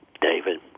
David